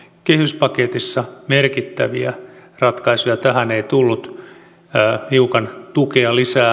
kehyspaketissa merkittäviä ratkaisuja tähän ei tullut hiukan tukea lisää